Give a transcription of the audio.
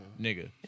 Nigga